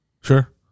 Sure